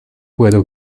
puedo